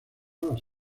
las